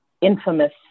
infamous